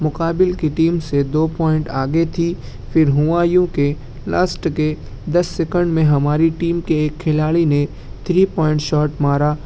مقابل کی ٹیم سے دو پوائنٹ آگے تھی پھر ہوا یوں کہ لاسٹ کے دس سیکنڈ میں ہماری ٹیم کے ایک کھلاڑی نے تھری پوائنٹ شاٹ مارا